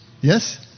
Yes